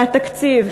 מהתקציב,